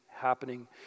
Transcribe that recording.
happening